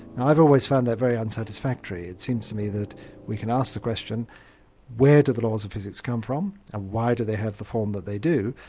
i've always found that very unsatisfactory. it seems to me that we can ask the question where do the laws of physics come from, and why do they have the form that they do?